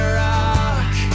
rock